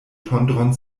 tondron